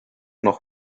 noch